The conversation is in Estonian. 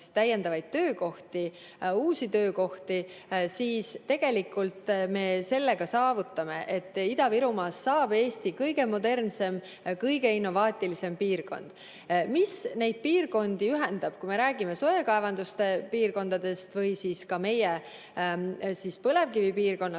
täiendavaid töökohti, uusi töökohti, me sellega saavutame, et Ida-Virumaast saab Eesti kõige modernsem, kõige innovaatilisem piirkond. Mis neid piirkondi ühendab, kui me räägime söekaevanduste piirkondadest või ka meie põlevkivipiirkonnast,